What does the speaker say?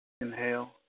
Inhale